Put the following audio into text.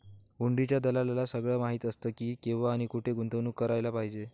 हुंडीच्या दलालाला सगळं माहीत असतं की, केव्हा आणि कुठे गुंतवणूक करायला पाहिजे